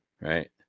right